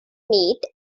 meat